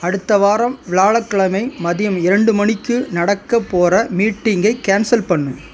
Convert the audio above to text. அடுத்த வாரம் வியாழக்கிழமை மதியம் இரண்டு மணிக்கு நடக்க போகிற மீட்டிங்கை கேன்சல் பண்ணு